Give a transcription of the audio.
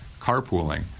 carpooling